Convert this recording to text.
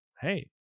hey